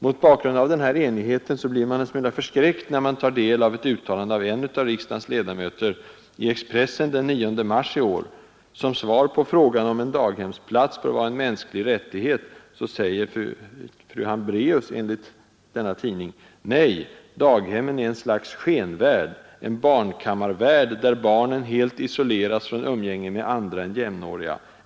Mot bakgrund av den här enigheten blir man en smula förskräckt när man tar del av ett uttalande av en av riksdagens ledamöter i Expressen den 9 mars i år. Som svar på frågan om en daghemsplats bör vara en mänsklig rättighet säger fru Hambraeus enligt denna tidning: ”Nej, daghemmen är ett slags skenvärld, en barnkammarvärld där barnen helt isoleras från umgänge med andra än jämnåriga.